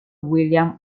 william